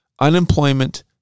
unemployment